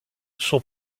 son